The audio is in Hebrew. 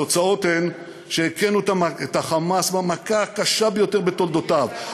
התוצאות הן שהכֵינו את ה"חמאס" במכה הקשה ביותר בתולדותיו,